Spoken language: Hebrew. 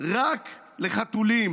/ רק לחתולים.